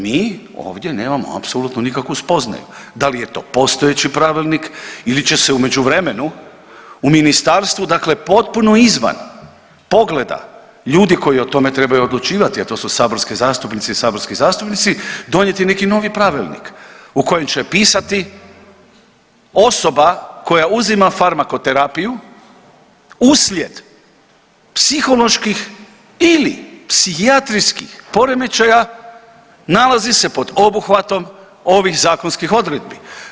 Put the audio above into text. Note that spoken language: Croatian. Mi ovdje nemamo apsolutno nikakvu spoznaju, da li je to postojeći pravilnik ili će se u međuvremenu u ministarstvu dakle potpuno izvan pogleda ljudi koji o tome trebaju odlučivati, a to su saborske zastupnice i saborski zastupnici, donijeti neki novi pravilnik u kojem će pisati osoba koja uzima farmakoterapiju uslijed psiholoških ili psihijatrijskih poremećaja, nalazi se pod obuhvatom ovih zakonskih odredbi.